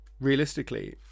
realistically